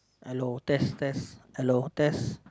hello test test hello test